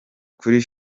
kuri